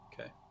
Okay